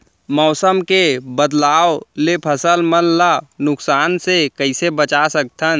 मौसम के बदलाव ले फसल मन ला नुकसान से कइसे बचा सकथन?